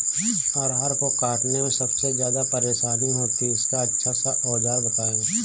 अरहर को काटने में सबसे ज्यादा परेशानी होती है इसका अच्छा सा औजार बताएं?